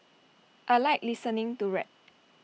I Like listening to rap